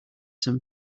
some